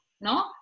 No